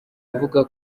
avuga